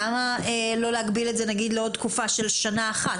למה לא להגביל את זה נגיד לעוד תקופה של שנה אחת?